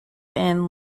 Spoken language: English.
and